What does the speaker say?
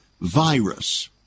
virus